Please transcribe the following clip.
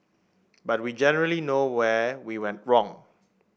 but we generally know where we went wrong